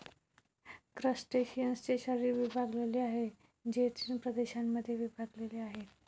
क्रस्टेशियन्सचे शरीर विभागलेले आहे, जे तीन प्रदेशांमध्ये विभागलेले आहे